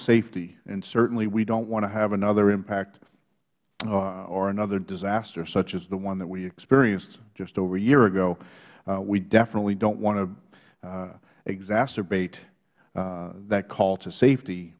safety and certainly we don't want to have another impact or another disaster such as the one that we experienced just over a year ago we definitely don't want to exacerbate that call to safety